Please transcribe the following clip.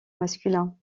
masculin